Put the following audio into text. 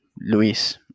Luis